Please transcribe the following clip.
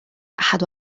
أحد